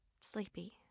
sleepy